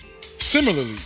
Similarly